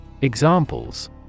Examples